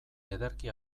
ederki